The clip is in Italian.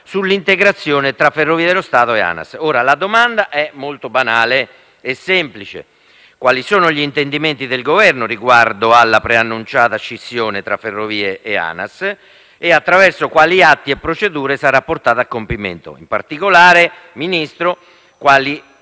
sull'integrazione tra Ferrovie dello Stato e ANAS. La domanda è molto banale e semplice: quali sono gli intendimenti del Governo riguardo alla preannunciata scissione tra Ferrovie e ANAS e attraverso quali atti e procedure sarà portata a compimento? In particolare, signor